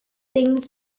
things